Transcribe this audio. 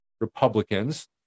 Republicans